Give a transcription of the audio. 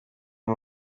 kwa